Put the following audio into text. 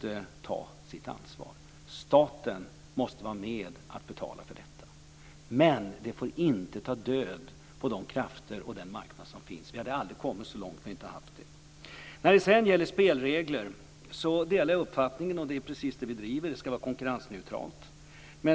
Staten måste vara med och betala för detta. Men det får inte ta död på de krafter och den marknad som finns. Vi hade aldrig kommit så långt om vi inte hade haft dem. När det sedan gäller spelregler kan jag säga att jag delar uppfattningen - det är precis det vi driver - att det ska vara konkurrensneutralt.